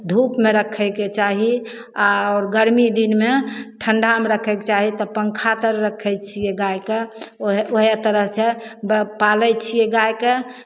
धूपमे रखयके चाही आओर गरमी दिनमे ठण्ढामे रखयके चाही तऽ पंखा तर रखै छियै गायके उएह उएह तरहसँ ब पालै छियै गायके